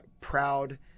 proud